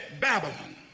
Babylon